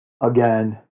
again